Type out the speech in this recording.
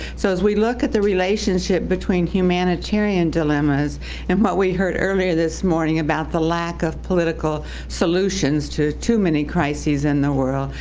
so as we look at the relationship between humanitarian dilemmas and what we heard earlier this morning about the lack of political solutions solutions to too many crises in the world,